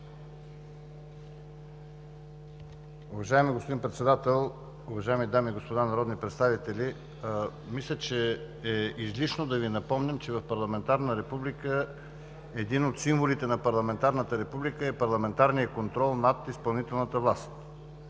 Уважаеми господин Председател, уважаеми дами и господа народни представители! Мисля, че е излишно да Ви напомням, че в парламентарна република един от символите на парламентарната република е парламентарният контрол над изпълнителната власт